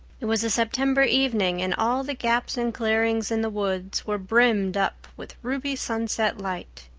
it was a september evening and all the gaps and clearings in the woods were brimmed up with ruby sunset light.